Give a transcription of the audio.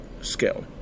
scale